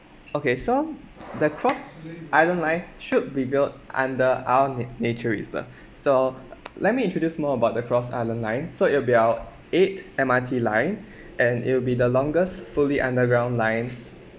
okay so the cross island line should be built under our na~ nature reserve so let me introduce more about the cross island line so it'll be our eighth M_R_T line and it will be the longest fully underground line